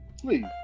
Please